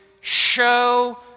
show